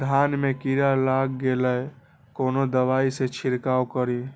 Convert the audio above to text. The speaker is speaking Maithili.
धान में कीरा लाग गेलेय कोन दवाई से छीरकाउ करी?